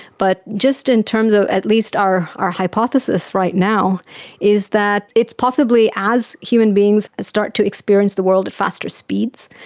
but just in terms of at least our our hypothesis right now is that it's possibly as human beings start to experience the world at faster speeds,